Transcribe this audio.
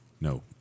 No